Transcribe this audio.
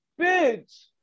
bitch